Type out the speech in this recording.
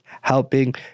helping